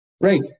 Right